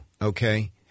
Okay